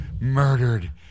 murdered